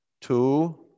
Two